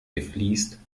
gefliest